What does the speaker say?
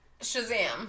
Shazam